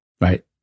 right